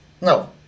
No